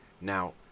Now